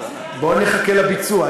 בואי נחכה לביצוע.